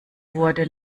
wurde